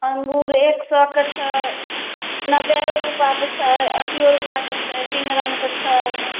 अँगूर एक सए के छै नब्बे रूपाके छै अस्सिओ रूपाके छै तीन रङ्गके छै